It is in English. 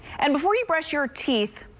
and before you brush your teeth,